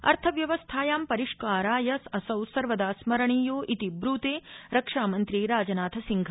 अर्थव्यवस्थायां परिष्कराय असौ सर्वदा स्मरणीयो इति ब्रूते रक्षामन्त्री राजनाथसिंह